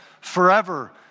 forever